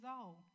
old